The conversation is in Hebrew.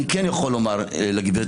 אני כן יכול לומר לגברתי,